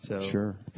sure